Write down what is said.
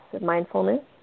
Mindfulness